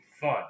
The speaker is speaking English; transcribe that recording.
fun